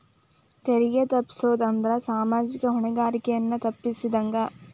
ತೆರಿಗೆ ತಪ್ಪಸೊದ್ ಅಂದ್ರ ಸಾಮಾಜಿಕ ಹೊಣೆಗಾರಿಕೆಯನ್ನ ತಪ್ಪಸಿದಂಗ